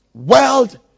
world